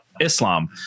Islam